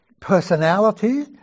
personality